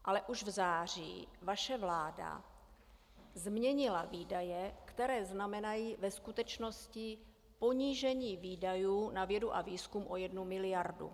Ale už v září vaše vláda změnila výdaje, které znamenají ve skutečnosti ponížení výdajů na vědu a výzkum o jednu miliardu.